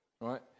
Right